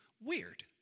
Weird